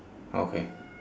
okay